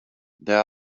there